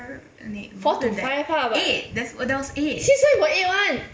four to five ah since when got eight one